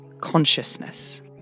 consciousness